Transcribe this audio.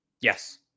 Yes